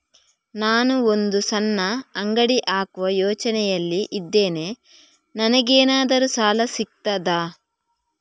ನಾನು ಒಂದು ಸಣ್ಣ ಅಂಗಡಿ ಹಾಕುವ ಯೋಚನೆಯಲ್ಲಿ ಇದ್ದೇನೆ, ನನಗೇನಾದರೂ ಸಾಲ ಸಿಗ್ತದಾ?